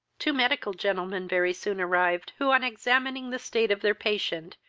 two medical gentlemen very soon arrived, who, on examining the state of their patient,